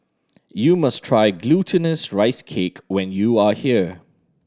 you must try Glutinous Rice Cake when you are here